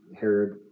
Herod